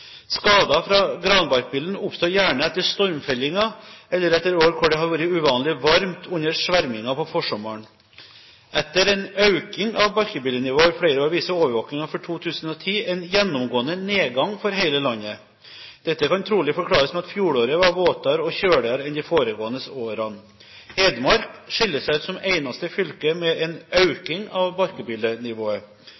Skader fra granbarkbillen oppstår gjerne etter stormfellinger, eller etter år hvor det har vært uvanlig varmt under svermingen på forsommeren. Etter en økning av barkbillenivået over flere år viser overvåkingen for 2010 en gjennomgående nedgang for hele landet. Dette kan trolig forklares med at fjoråret var våtere og kjøligere enn de foregående årene. Hedmark skiller seg ut som eneste fylke med en